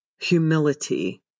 humility